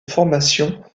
formation